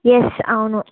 yes అవును